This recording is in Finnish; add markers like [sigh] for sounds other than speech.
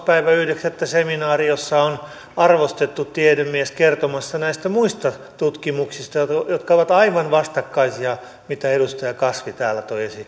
yhdeksättä seminaari jossa on arvostettu tiedemies kertomassa näistä muista tutkimuksista jotka ovat aivan vastakkaisia kuin mitä edustaja kasvi täällä toi esiin [unintelligible]